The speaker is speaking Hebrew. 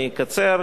אני אקצר.